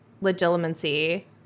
Legitimacy